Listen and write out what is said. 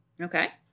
Okay